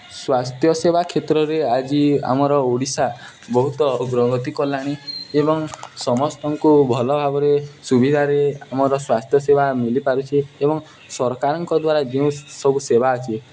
ସ୍ୱାସ୍ଥ୍ୟ ସେବା କ୍ଷେତ୍ରରେ ଆଜି ଆମର ଓଡ଼ିଶା ବହୁତ ଅଗ୍ରଗତି କଲାଣି ଏବଂ ସମସ୍ତଙ୍କୁ ଭଲ ଭାବରେ ସୁବିଧାରେ ଆମର ସ୍ୱାସ୍ଥ୍ୟ ସେବା ମିଳିପାରୁଛି ଏବଂ ସରକାରଙ୍କ ଦ୍ୱାରା ଯେଉଁ ସବୁ ସେବା ଅଛି